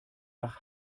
nach